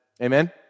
Amen